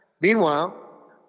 Meanwhile